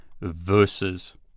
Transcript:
versus